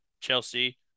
Chelsea